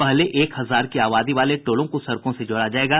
पहले एक हजार की आबादी वाले टोलों को सड़कों को जोड़ा जायेगा